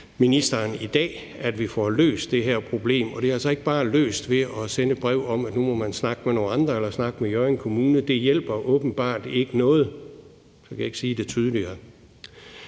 i dag, at vi får løst det her problem, og det er altså ikke bare løst ved at sende et brev om, at nu må man snakke med nogle andre eller snakke med Hjørring Kommune. Det hjælper åbenbart ikke noget. Så kan jeg ikke sige det tydeligere.